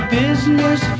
business